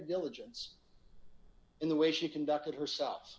diligence in the way she conducted herself